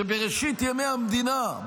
שבראשית ימי המדינה,